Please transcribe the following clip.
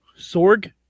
Sorg